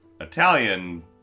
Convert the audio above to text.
Italian